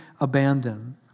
abandoned